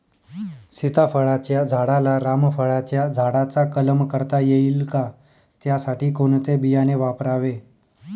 सीताफळाच्या झाडाला रामफळाच्या झाडाचा कलम करता येईल का, त्यासाठी कोणते बियाणे वापरावे?